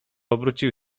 obrócił